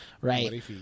right